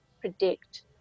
predict